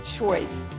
choice